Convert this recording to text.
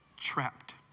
trapped